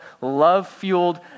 love-fueled